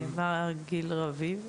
מר גיל רביב,